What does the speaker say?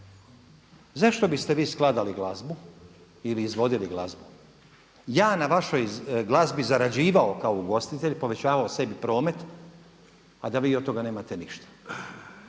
zašto biste vi skladali glazbu ili izvodili glazbu, ja na vašoj glazbi zarađivao kao ugostitelj povećavao sebi promet, a da vi od toga nemate ništa.